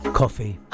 coffee